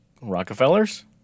Rockefellers